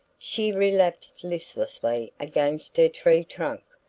she relapsed listlessly against her tree-trunk.